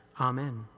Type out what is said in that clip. Amen